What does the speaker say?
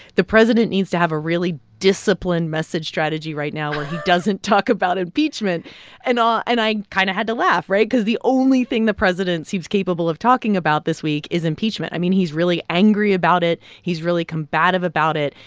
the president needs to have a really disciplined message strategy right now where he doesn't talk about impeachment and um and i kind of had to laugh right? because the only thing the president seems capable of talking about this week is impeachment. i mean, he's really angry about it. he's really combative about it.